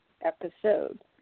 episode